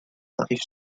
arrivent